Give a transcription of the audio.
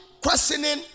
questioning